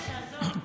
תודה.